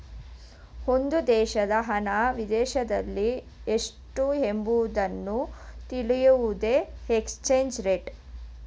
ಒಂದು ದೇಶದ ಹಣ ವಿದೇಶದಲ್ಲಿ ಎಷ್ಟು ಎಂಬುವುದನ್ನು ತಿಳಿಸುವುದೇ ಎಕ್ಸ್ಚೇಂಜ್ ರೇಟ್